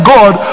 God